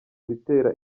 bitera